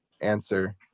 answer